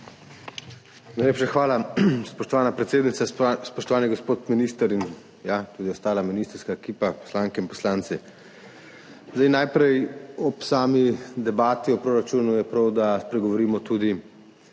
Najprej je ob sami debati o proračunu prav, da spregovorimo tudi